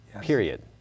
period